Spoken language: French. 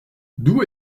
d’où